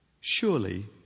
Surely